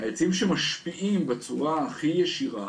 העצים שמשפיעים בצורה הכי ישירה